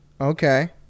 Okay